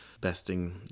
besting